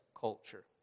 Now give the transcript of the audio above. culture